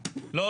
נו.